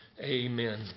Amen